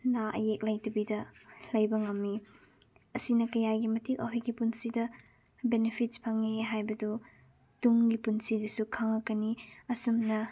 ꯑꯅꯥ ꯑꯌꯦꯛ ꯂꯩꯇꯕꯤꯗ ꯂꯩꯕ ꯉꯝꯏ ꯑꯁꯤꯅ ꯀꯌꯥꯒꯤ ꯃꯇꯤꯛ ꯑꯩꯈꯣꯏꯒꯤ ꯄꯨꯟꯁꯤꯗ ꯕꯦꯅꯤꯐꯤꯠꯁ ꯐꯪꯏ ꯍꯥꯏꯕꯗꯣ ꯇꯨꯡꯒꯤ ꯄꯨꯟꯁꯤꯗꯁꯨ ꯈꯪꯂꯛꯀꯅꯤ ꯑꯁꯨꯝꯅ